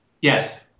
Yes